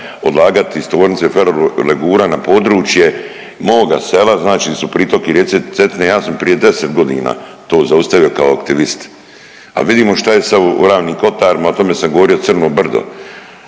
odlagati iz tvornice Ferolegura na područje moga sela, znači di su pritoki rijeke Cetine. Ja sam prije 10.g. to zaustavio kao aktivist, a vidimo šta je sa Ravnim kotarima, o tome sam govorio „crno brdo“,